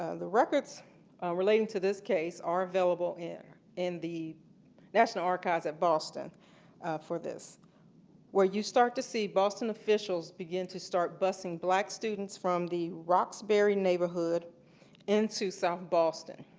ah the record so relating to this case are available in in the national archives at boston for this where you start to see boston officials begin to start busing black student from the rockberry neighborhood into south boston.